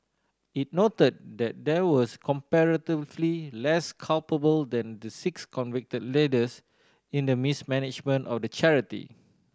it noted that they was comparatively less culpable than the six convicted leaders in the mismanagement of the charity